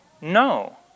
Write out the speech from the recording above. No